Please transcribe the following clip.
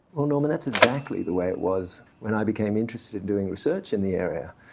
well norman that's exactly the way it was when i became interested in doing research in the area.